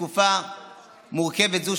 בתקופה מורכבת זו,